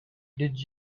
did